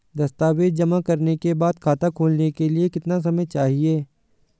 दस्तावेज़ जमा करने के बाद खाता खोलने के लिए कितना समय चाहिए?